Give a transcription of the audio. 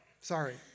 Sorry